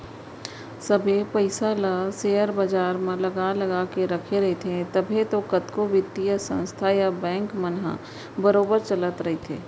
सबे पइसा मन ल सेयर बजार म लगा लगा के रखे रहिथे तभे तो कतको बित्तीय संस्था या बेंक मन ह बरोबर चलत रइथे